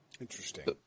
Interesting